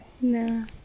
No